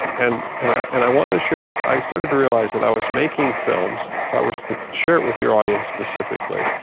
and and i and i wanna share this. i started to realize that i was making films. if i were to share it with your audience specifically,